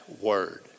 word